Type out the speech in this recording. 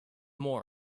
more